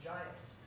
Giants